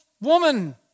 woman